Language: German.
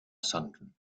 sonden